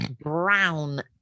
brown